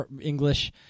English